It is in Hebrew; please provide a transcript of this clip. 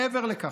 מעבר לכך,